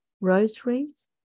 rosaries